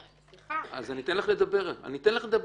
אני אתן לך לדבר אבל